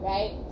Right